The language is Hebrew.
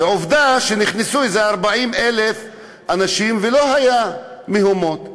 ועובדה שנכנסו איזה 40,000 אנשים ולא היו מהומות.